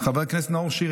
חבר הכנסת ירון לוי,